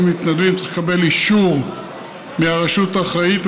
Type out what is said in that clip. מתנדבים צריך לקבל אישור מהרשות האחראית,